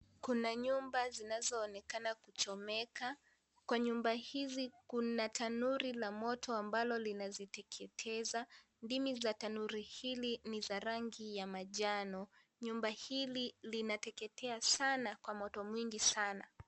Kuna nyumba zinazoonekana kuchomeka. Kwa nyumba hizi kuna tanuri la moto ambalo linateketeza. Ndimi ya tanuri hili ni za rangi ya manjano. Nyumba hili linateketea sana kwa moto mwingi sana.